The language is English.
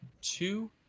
two